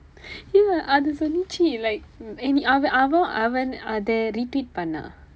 இல்லை அது சொன்னது:illai athu sonnathu like அவன் அவன் அவன் அதை:avan avan avan athai retweet பண்ணான்:pannaan